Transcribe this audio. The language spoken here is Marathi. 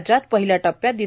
राज्यात पहिल्या टप्प्यात दि